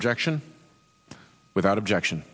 objection without objection